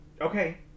Okay